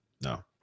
no